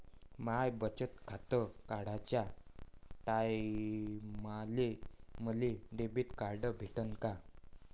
माय बचत खातं काढाच्या टायमाले मले डेबिट कार्ड भेटन का?